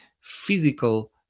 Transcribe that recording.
physical